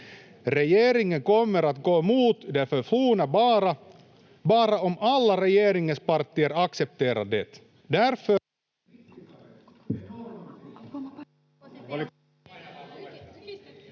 Regeringen kommer att gå mot det förflutna bara om alla regeringspartier accepterar det.